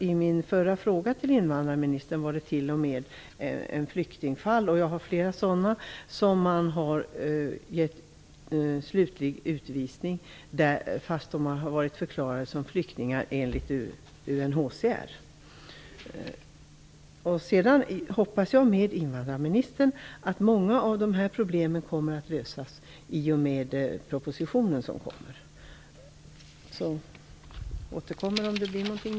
I min tidigare fråga till invandrarministern visades på flera exempel på flyktingar som har blivit utvisade fast de har förklarats som flyktingar enligt UNHCR. Jag hoppas, liksom invandrarministern, att många av problemen kommer att lösas i samband med att propositionen läggs fram.